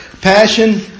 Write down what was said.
passion